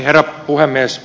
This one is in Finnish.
herra puhemies